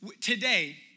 today